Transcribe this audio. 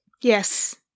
Yes